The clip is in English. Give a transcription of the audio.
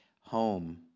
home